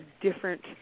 different